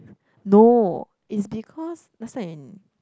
no is because last time in